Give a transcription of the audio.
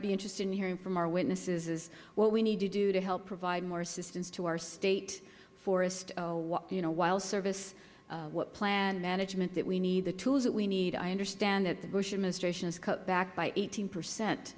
be interested in hearing from our witnesses is what we need to do to help provide more assistance to our state forest you know wild service what plan management that we need the tools that we need i understand that the bush administration has cut back by eighteen percent